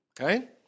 Okay